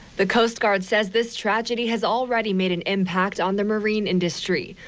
the coast guard says this tragedy has already made an impact on the marine industry.